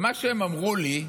מה שהם אמרו לי,